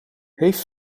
heeft